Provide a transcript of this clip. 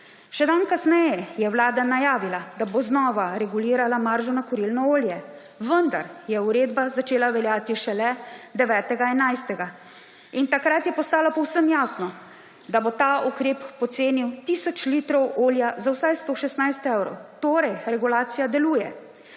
Še dan kasneje je vlada najavila, da bo znova regulirala maržo na kurilno olje, vendar je uredba začela veljati šele 9. 11. In takrat je postalo povsem jasno, da bo ta ukrep pocenil tisoč litrov olja za vsaj 116 evrov. Torej regulacija deluje,